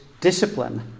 discipline